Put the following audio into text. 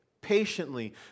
patiently